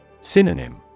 Synonym